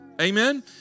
Amen